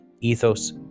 ethos